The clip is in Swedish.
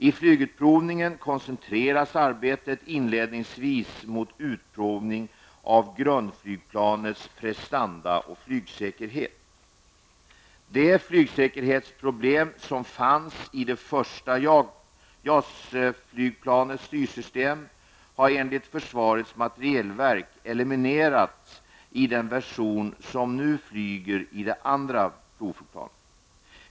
I flygutprovningen koncentreras arbetet inledningsvis på utprovning av grundflygplanets prestanda och flygsäkerhet. De flygsäkerhetsproblem som fanns i det första JAS-flygplanets styrstystem har enligt försvarets materielverk eliminerats i den version som nu flyger i det andra provflygplanet.